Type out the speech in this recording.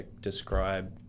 describe